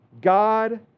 God